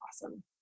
awesome